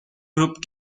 group